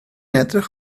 edrych